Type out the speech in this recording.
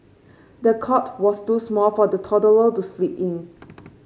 the cot was too small for the toddler to sleep in